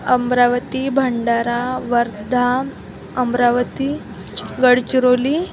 Amravati Bhandara Wardha Amravati Gadchiroli